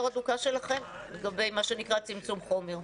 הדוקה שלכם לגבי מה שנקרא צמצום חומר.